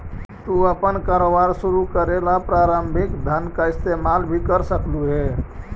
तू अपन कारोबार शुरू करे ला प्रारंभिक धन का इस्तेमाल भी कर सकलू हे